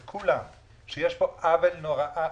את עמדתך הזאת אני רוצה לדעת.